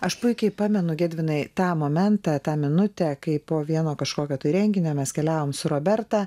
aš puikiai pamenu gedvinai tą momentą tą minutę kai po vieno kažkokio renginio mes keliavom su roberta